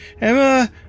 Emma